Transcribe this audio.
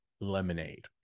lemonade